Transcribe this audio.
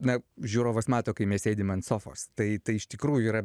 na žiūrovas mato kai mes sėdim an sofos tai tai iš tikrųjų yra